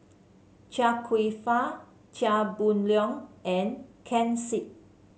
Chia Kwek Fah Chia Boon Leong and Ken Seet